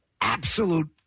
absolute